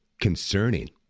concerning